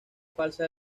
falsa